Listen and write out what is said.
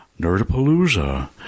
Nerdapalooza